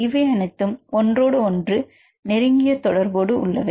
இவை அனைத்தும் ஒன்றோடு ஒன்று நெருங்கிய தொடர்பு உள்ளவை